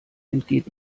entgeht